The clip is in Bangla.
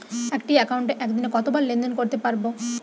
একটি একাউন্টে একদিনে কতবার লেনদেন করতে পারব?